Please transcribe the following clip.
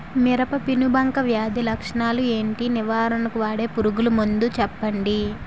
మిరప పెనుబంక వ్యాధి లక్షణాలు ఏంటి? నివారణకు వాడే పురుగు మందు చెప్పండీ?